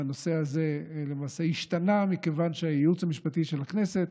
הנושא הזה למעשה השתנה מכיוון שהייעוץ המשפטי של הכנסת